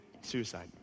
suicide